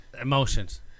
emotions